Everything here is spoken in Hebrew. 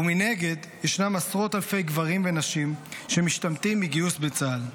ומנגד ישנם עשרות אלפי גברים ונשים שמשתמטים מגיוס לצה"ל.